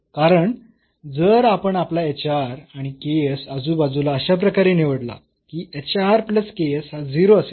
कारण जर आपण आपला hr आणि ks आजूबाजूला अशा प्रकारे निवडला की हा 0 असेल